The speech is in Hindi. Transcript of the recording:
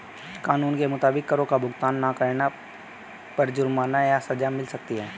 कानून के मुताबिक, करो का भुगतान ना करने पर जुर्माना या सज़ा मिल सकती है